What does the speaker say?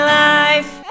life